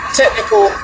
technical